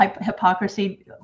hypocrisy